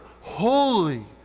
holy